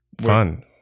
fun